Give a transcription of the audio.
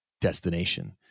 destination